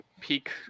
peak –